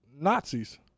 Nazis